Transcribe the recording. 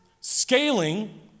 scaling